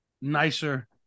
nicer